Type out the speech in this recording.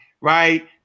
right